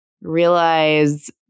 realize